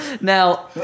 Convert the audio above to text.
Now